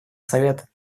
совета